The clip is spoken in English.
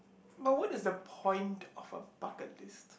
but what is the point of a bucket list